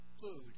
food